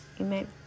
Amen